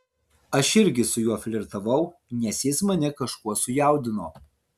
aš irgi su juo flirtavau nes jis mane kažkuo sujaudino